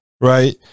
right